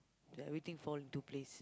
then everything fall into place